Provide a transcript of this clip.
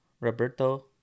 Roberto